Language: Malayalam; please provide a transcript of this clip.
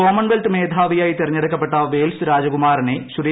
കോമൺവെൽത്ത് മേധാവിയായി തിരഞ്ഞെടുക്കപ്പെട്ട വെയിൽസ് രാജകുമാരനെ ശ്രീ